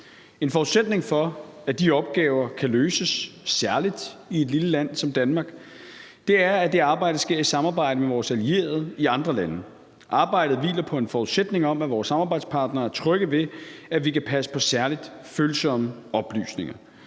En forudsætning for, at de opgaver kan løses, særlig i et lille land som Danmark, er, at det arbejde sker i samarbejde med vores allierede i andre lande. Arbejdet hviler på en forudsætning om, at vores samarbejdspartnere er trygge ved, at vi kan passe på særlig følsomme oplysninger,